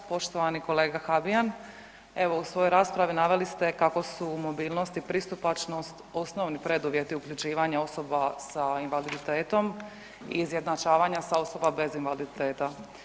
Poštovani kolega Habijan, evo u svojoj raspravi naveli ste kao su mobilnost i pristupačnost osnovni preduvjeti uključivanja osoba sa invaliditetom i izjednačavanja sa osobama bez invaliditeta.